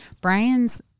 Brian's